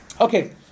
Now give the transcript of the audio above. Okay